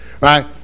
right